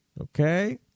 Okay